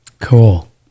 Cool